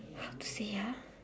how to say ah